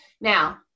Now